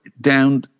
down